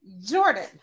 Jordan